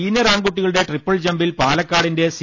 senior ആൺകുട്ടികളുടെ triple ജംപിൽ പാല ക്കാടിന്റെ സി